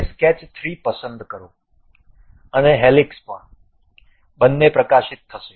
હવે સ્કેચ 3 પસંદ કરો અને હેલિક્સ પણ બંને પ્રકાશિત થશે